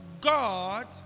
God